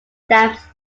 stamps